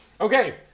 Okay